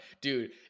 Dude